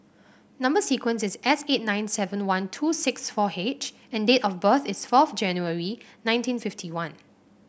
number sequence is S eight nine seven one two six four H and date of birth is fourth January nineteen fifty one